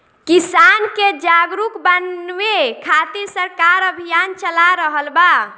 किसान के जागरुक बानवे खातिर सरकार अभियान चला रहल बा